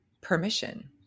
permission